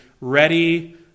ready